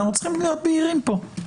אנחנו צריכים להיות בהירים פה.